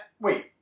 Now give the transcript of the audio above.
Wait